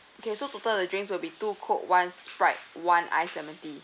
okay so total the drinks will be two coke one sprite one ice lemon tea